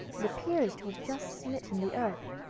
and appears to have just smitten the earth,